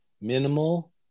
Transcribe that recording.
minimal